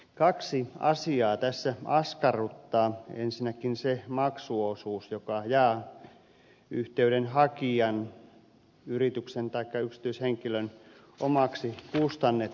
kaksi asiaa tässä askarruttaa ensinnäkin se maksuosuus joka jää yhteyden hakijan yrityksen taikka yksityishenkilön omaksi kustannettavaksi